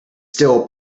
still